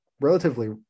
relatively